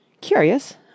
Curious